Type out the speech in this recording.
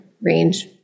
range